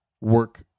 work